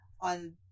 on